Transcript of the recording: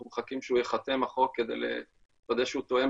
אנחנו מחכים שהחוק ייחתם כדי לוודא שהוא תואם